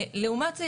לעומת זה,